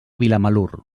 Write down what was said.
vilamalur